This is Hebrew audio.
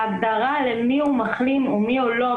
ההגדרה למי הוא מחלים או מי הוא לא,